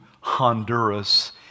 Honduras